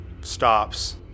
stops